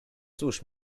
cóż